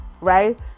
right